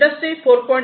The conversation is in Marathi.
इंडस्ट्रि 4